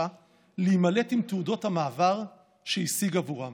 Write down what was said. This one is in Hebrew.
להימלט עם תעודות המעבר שהשיג עבורם.